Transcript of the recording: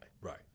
right